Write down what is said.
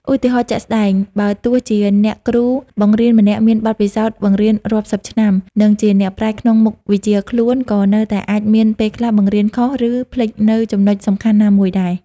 ឧទាហរណ៍ជាក់ស្ដែង បើទោះជាអ្នកគ្រូបង្រៀនម្នាក់មានបទពិសោធន៍បង្រៀនរាប់សិបឆ្នាំ និងជាអ្នកប្រាជ្ញក្នុងមុខវិជ្ជាខ្លួន ក៏នៅតែអាចមានពេលខ្លះបង្រៀនខុស រឺភ្លេចនូវចំណុចសំខាន់ណាមួយដែរ។